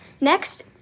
Next